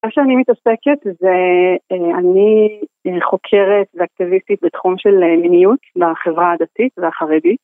מה שאני מתעסקת זה אני חוקרת ואקטיביסטית בתחום של מיניות בחברה הדתית והחרדית